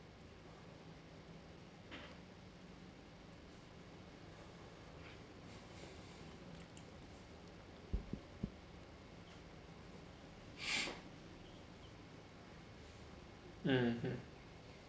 mm